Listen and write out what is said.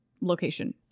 location